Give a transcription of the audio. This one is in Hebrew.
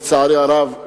לצערי הרב,